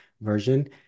version